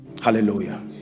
Hallelujah